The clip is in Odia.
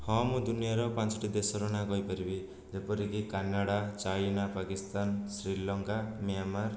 ହଁ ମୁଁ ଦୁନିଆର ପାଞ୍ଚଟି ଦେଶର ନାଁ କହିପାରିବି ଯେପରିକି Canada China Pakistan Sri Lanka Myanmar